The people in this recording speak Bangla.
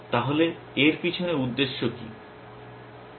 তাহলে এর পেছনে উদ্দেশ্য কী